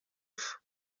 ifu